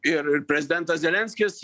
ir prezidentas zelenskis